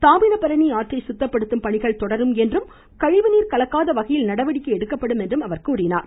தாமிரபரணி ஆற்றை சுத்தப்படுத்தும் பணிகள் தொடரும் என்றும் கழிவுநீர் கலக்காத வகையில் நடவடிக்கை எடுக்கப்படும் என்றும் தெரிவித்தார்